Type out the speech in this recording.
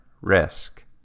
risk